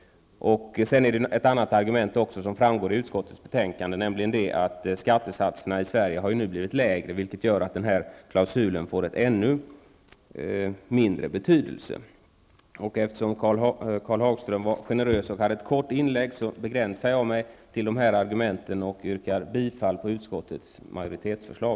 Av utskottets betänkande framgår även ett annat argument. Skattesatserna i Sverige har blivit lägre, vilket gör att klausulen får ännu mindre betydelse. Eftersom Karl Hagström var generös och hade ett kort inlägg, begränsar jag mig till dessa argument och yrkar bifall till utskottets majoritetsförslag.